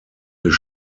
des